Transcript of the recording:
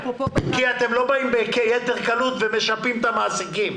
כי אתם לא בקלות ומשפים את המעסיקים.